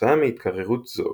כתוצאה מהתקררות זו,